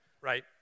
right